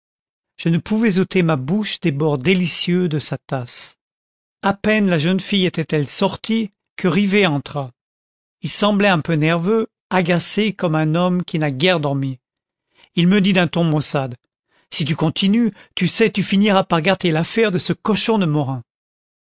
je ne pouvais ôter ma bouche des bords délicieux de sa tasse a peine la jeune fille était-elle sortie que rivet entra il semblait un peu nerveux agacé comme un homme qui n'a guère dormi il me dit d'un ton maussade si tu continues tu sais tu finiras par gâter l'affaire de ce cochon de morin